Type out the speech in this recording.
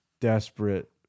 desperate